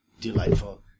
Delightful